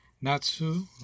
Natsu